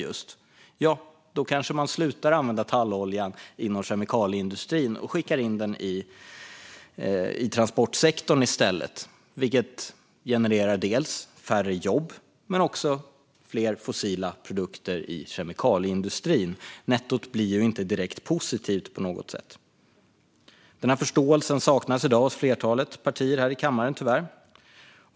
Ja, då kanske man slutar använda tallolja inom kemikalieindustrin och skickar in den i transportsektorn i stället. Det skulle generera dels färre jobb, dels fler fossila produkter i kemikalieindustrin. Nettot blir inte direkt positivt på något sätt. Denna förståelse saknas tyvärr i dag hos flertalet partier här i kammaren.